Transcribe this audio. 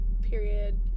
period